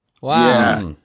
Wow